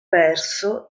perso